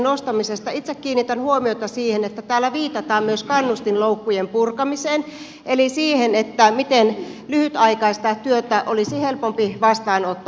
itse kiinnitän huomiota siihen että täällä viitataan myös kannustinloukkujen purkamiseen eli siihen miten lyhytaikaista työtä olisi helpompi vastaanottaa